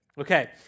Okay